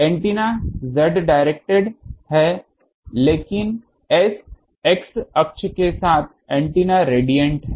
antenna z directed है लेकिन x अक्ष के साथ एंटीना रेडियंट हैं